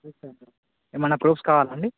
ఏమైనా ప్రూఫ్స్ కావాలాండి